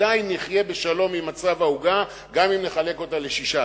עדיין נחיה בשלום עם מצב העוגה גם אם נחלק אותה ל-16.